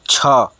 छः